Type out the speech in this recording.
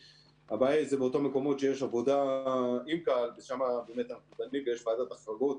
הבעיה היא באותם מקומות שיש עבודה עם קהל ושם באמת --- יש ועדת החרגות